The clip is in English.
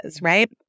right